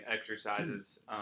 exercises